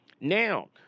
Now